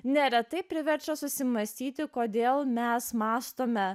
neretai priverčia susimąstyti kodėl mes mąstome